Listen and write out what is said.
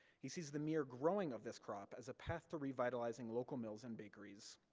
he sees the mere growing of this crop as a path to revitalizing local mills and bakeries,